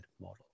model